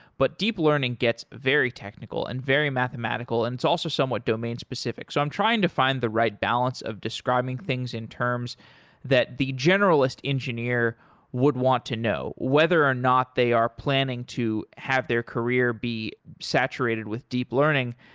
but deep learning gets very technical and very mathematical and it's also somewhat domain-specific. so i'm trying to find the right balance of describing things in terms that the generalist engineer would want to know whether or not they are planning to have their career be saturated with deep learning.